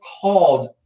called